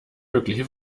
mögliche